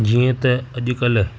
जीअं त अॼुकल्ह